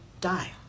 die